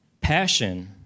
passion